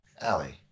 Allie